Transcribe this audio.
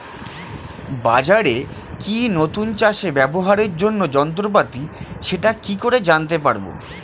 বাজারে কি নতুন চাষে ব্যবহারের জন্য যন্ত্রপাতি সেটা কি করে জানতে পারব?